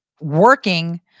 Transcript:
working